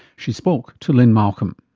she spoke to lynne malcolm.